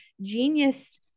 genius